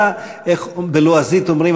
אתה, איך בלועזית אומרים?